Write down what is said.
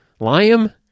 Liam